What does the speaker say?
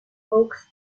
hawks